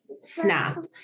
snap